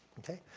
okay?